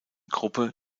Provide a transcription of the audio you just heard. gruppe